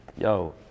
Yo